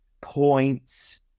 points